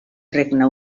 regne